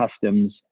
customs